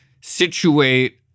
situate